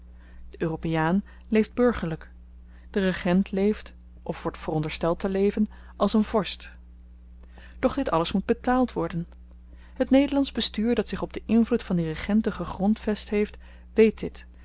de europeaan leeft burgerlyk de regent leeft of wordt verondersteld te leven als een vorst doch dit alles moet betaald worden het nederlandsch bestuur dat zich op den invloed van die regenten gegrondvest heeft weet dit